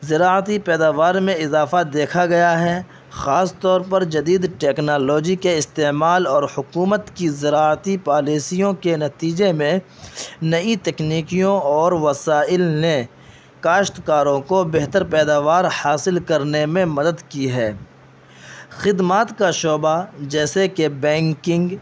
زراعتی پیداوار میں اضافہ دیکھا گیا ہے خاص طور پر جدید ٹیکنالوجی کے استعمال اور حکومت کی زراعتی پالیسیوں کے نتیجے میں نئی تکنیکیوں اور وسائل نے کاشتکاروں کو بہتر پیداوار حاصل کرنے میں مدد کی ہے خدمات کا شعبہ جیسے کہ بینکنگ